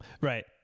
Right